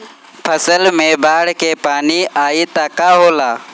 फसल मे बाढ़ के पानी आई त का होला?